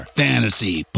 fantasy